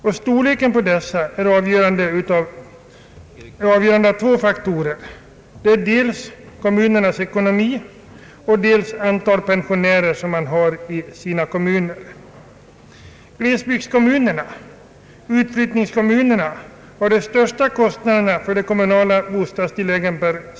De kommunala bostadstilläggens storlek beror av två faktorer, dels kommunernas ekonomi och dels antalet pensionärer i respektive kommun, Glesbygdskommuner och utflyttningskommuner har per skattekrona de största kostnaderna för kommunalt bostadstillägg.